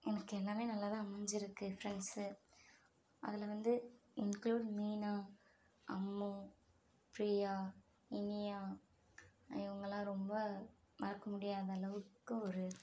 எனக்கு எல்லாம் நல்லா தான் அமைஞ்சிருக்கு ஃப்ரண்ட்ஸு அதில் வந்து இன்குலுட் மீனா அம்மு பிரியா இனியா இவங்களாம் ரொம்ப மறக்க முடியாத அளவுக்கு ஒரு